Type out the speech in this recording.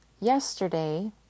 Yesterday